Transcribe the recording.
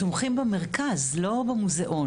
הם תומכים במרכז, לא במוזיאון.